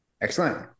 Excellent